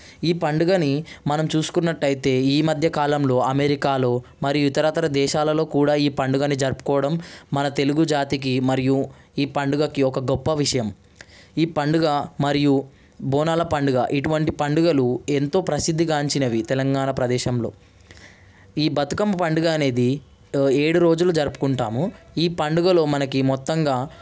ఈ పండుగని మనం చూసుకున్నట్లయితే ఈ మధ్యకాలంలో అమెరికాలో మరియు ఇతర ఇతర దేశాలలో కూడా ఈ పండుగను జరుపుకోవడం మన తెలుగు జాతికి మరియు ఈ పండుగకి ఒక గొప్ప విషయం ఈ పండుగ మరియు బోనాల పండుగ ఇటువంటి పండుగలు ఎంతో ప్రసిద్ధిగాంచినవి తెలంగాణ ప్రదేశంలో ఈ బతుకమ్మ పండుగ అనేది ఏడు రోజులు జరుపుకుంటాము ఈ పండుగలో మనకి మొత్తంగా